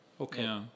Okay